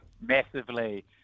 massively